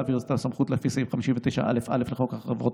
להעביר את הסמכות לפי סעיף 59א(א) לחוק החברות